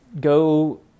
go